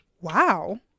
wow